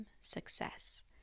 SUCCESS